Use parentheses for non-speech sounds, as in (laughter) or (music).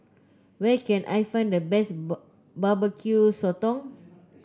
where can I find the best (unintelligible) Barbecue Sotong